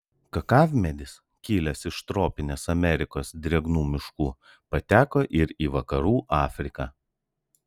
kakavmedis kilęs iš tropinės amerikos drėgnų miškų pateko ir į vakarų afriką